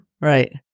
Right